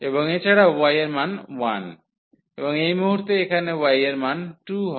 এবং এছাড়াও y এর মান 1 এবং এই মুহুর্তে এখানে y এর মান 2 হয়